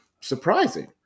surprising